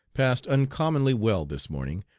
passed uncommonly well this morning,